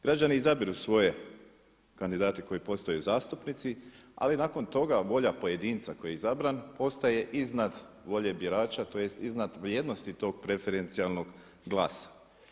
Građani izabiru svoje kandidate koji postaju zastupnici ali nakon toga volja pojedinca koji je izabran postaje iznad volje birača tj. iznad vrijednosti tog preferencijalnog glasa.